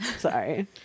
sorry